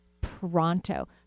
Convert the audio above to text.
pronto